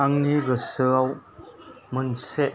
आंनि गोसोआव मोनसे